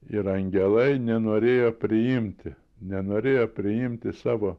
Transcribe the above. ir angelai nenorėjo priimti nenorėjo priimti savo